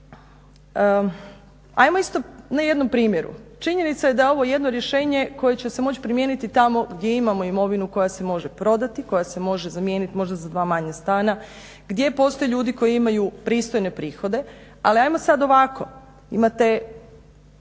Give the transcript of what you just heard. ajmo isto na jednom primjeru. Činjenica je da je ovo jedno rješenje koje će se moći primijeniti tamo gdje imamo imovinu koja se može prodati, koja se može zamijeniti možda za dva manja stana, gdje postoje ljudi koji imaju pristojne prihode, ali ajmo sad ovako, imate